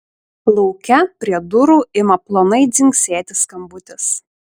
lauke prie durų ima plonai dzingsėti skambutis